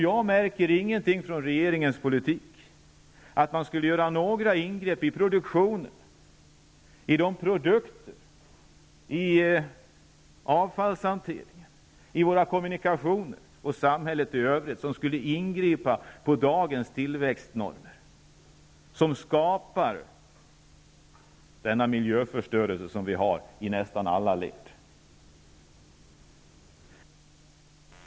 Jag kan i regeringens politik inte se att man gör några ingrepp när det gäller produktionen, produkterna, avfallshanteringen, kommunikationerna eller samhället i övrigt som innebär ett ingripande i dagens tillväxtnormer, som ju skapar den miljöförstöring som finns i nästan alla led.